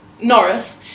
Norris